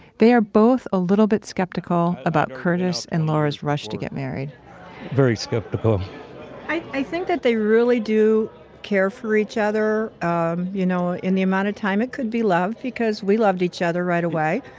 they are both a little bit skeptical about curtis and laura's rush to get married very skeptical i i think that they really do care for each other. um you know, in the amount of time it could be love, because we loved each other right away.